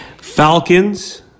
Falcons